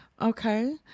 Okay